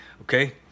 okay